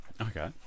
Okay